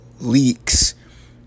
leaks